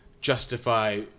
justify